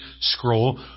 scroll